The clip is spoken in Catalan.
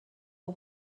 heu